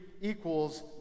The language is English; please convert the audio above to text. equals